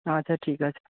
আচ্ছা ঠিক আছে